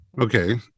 Okay